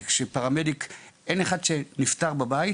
אין אחד שנפטר בבית